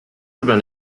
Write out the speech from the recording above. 日本